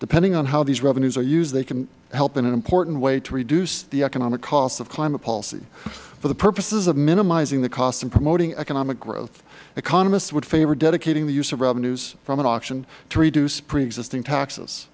depending on how these revenues are used they can help in an important way to reduce the economic costs of climate policy for the purposes of minimizing the costs and promoting economic growth economists would favor dedicating the use of revenues from an auction to reduce preexisting taxes